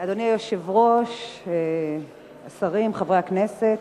אדוני היושב-ראש, השרים, חברי הכנסת,